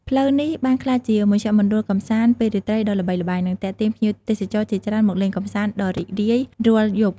ផ្លូវនេះបានក្លាយជាមជ្ឈមណ្ឌលកម្សាន្តពេលរាត្រីដ៏ល្បីល្បាញ និងទាក់ទាញភ្ញៀវទេសចរជាច្រើនមកលេងកម្សាន្តដ៏រីករាយរាល់យប់។